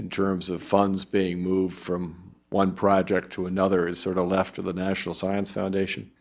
in terms of funds being moved from one project to another is sort of left to the national science foundation